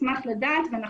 נשמח לבדוק ולדעת.